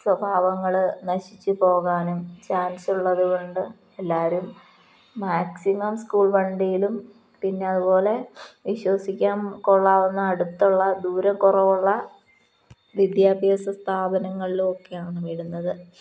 സ്വഭാവങ്ങള് നശിച്ചുപോകാനും ചാൻസുള്ളതുകൊണ്ട് എല്ലാവരും മാക്സിമം സ്കൂൾ വണ്ടിയിലും പിന്നെ അതുപോലെ വിശ്വസിക്കാൻ കൊള്ളാവുന്ന അടുത്തുള്ള ദൂരം കുറവുള്ള വിദ്യാഭ്യാസ സ്ഥാപനങ്ങളിലും ഒക്കെയാണു വിടുന്നത്